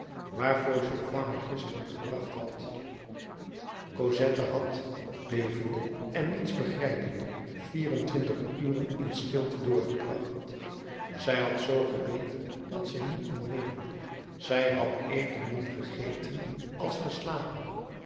waar fauchelevent haar gisteren gebracht had cosette had bevende en niets begrijpende vier-en-twintig uren in stilte doorgebracht zij had zoo gebeefd dat zij niet kon weenen zij had evenmin gegeten als geslapen